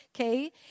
okay